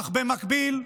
אך במקביל,